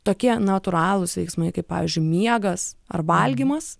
tokie natūralūs veiksmai kaip pavyzdžiui miegas ar valgymas